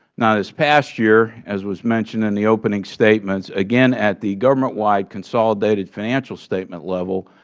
now, this past year, as was mentioned in the opening statements, again, at the government-wide consolidated financial statement level,